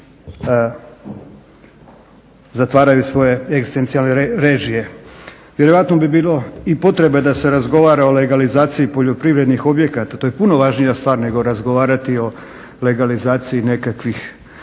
zatvaraju svoje egzistencijalne režije. Vjerojatno bi bilo i potrebe da se razgovara o legalizaciji poljoprivrednih objekata. To je puno važnija stvar nego razgovarati o legalizaciji nekakvih